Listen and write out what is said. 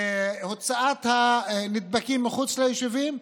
הוצאת הנדבקים מחוץ ליישובים,